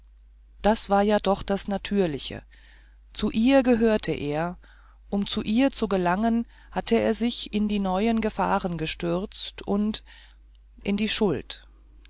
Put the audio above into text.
das war ja doch das natürliche zu ihr gehörte er um zu ihr zu gelangen hatte er sich in die neuen gefahren gestürzt und in die schuld